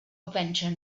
adventure